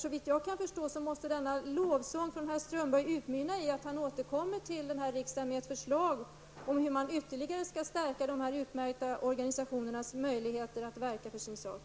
Såvitt jag kan förstå måste denna lovsång från herr Strömberg utmynna i att han återkommer till riksdagen med ett förslag om hur man ytterligare skall stärka dessa utmärkta organisationers möjligheter att verka för sin sak.